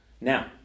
Now